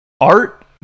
Art